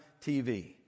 TV